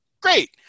great